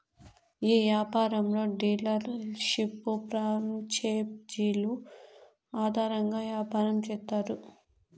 ఈ యాపారంలో డీలర్షిప్లు ప్రాంచేజీలు ఆధారంగా యాపారం చేత్తారు